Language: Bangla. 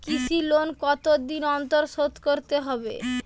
কৃষি লোন কতদিন অন্তর শোধ করতে হবে?